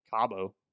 Cabo